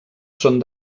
són